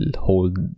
hold